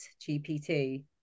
gpt